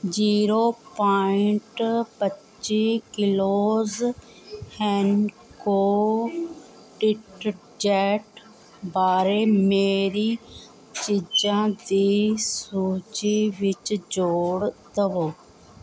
zero point ਪੱਚੀ kilos Henko detergent ਬਾਰੇ ਮੇਰੀ ਚੀਜ਼ਾਂ ਦੀ ਸੂਚੀ ਵਿੱਚ ਜੋੜ ਦੇਵੋ